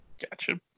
Gotcha